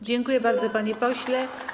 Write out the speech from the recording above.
Dziękuję bardzo, panie pośle.